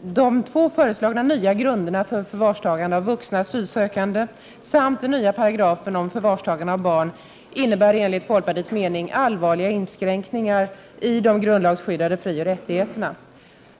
de två föreslagna nya grunderna för förvarstagande av vuxna asylsökande samt den nya paragrafen om förvarstagande av barn innebär enligt folkpartiets mening allvarliga inskränkningar i de grundlagsskyddade frioch rättigheterna.